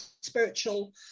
spiritual